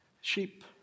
sheep